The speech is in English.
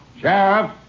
Sheriff